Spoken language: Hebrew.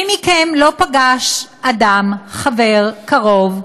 מי מכם לא פגש אדם, חבר, קרוב,